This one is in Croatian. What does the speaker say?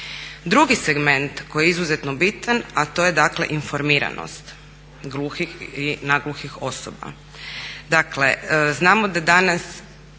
Drugi segment koji je izuzetno bitan, a to je dakle informiranost gluhih i nagluhih osoba.